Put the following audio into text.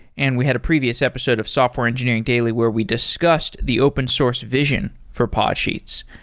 and we had a previous episode of software engineering daily where we discussed the open source vision for podsheets.